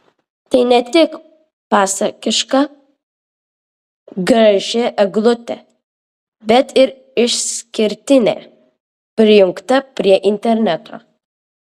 tai net tik pasakiška graži eglutė bet ir išskirtinė prijungta prie interneto